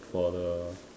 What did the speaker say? for the